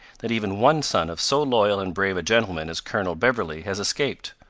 that even one son of so loyal and brave a gentleman as colonel beverley has escaped.